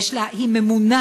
היא ממונה